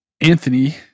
Anthony